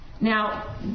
Now